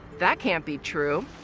that can't be true.